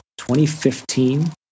2015